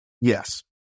Yes